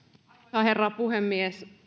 herra puhemies